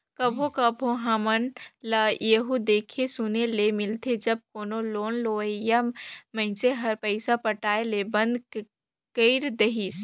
कभों कभों हमन ल एहु देखे सुने ले मिलथे जब कोनो लोन लेहोइया मइनसे हर पइसा पटाए ले बंद कइर देहिस